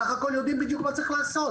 בסך הכל יודעים בדיוק מה צריך לעשות.